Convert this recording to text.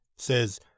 says